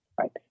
right